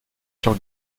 sur